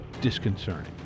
disconcerting